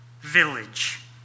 village